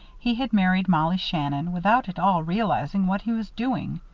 he had married mollie shannon without at all realizing what he was doing.